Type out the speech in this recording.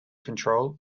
control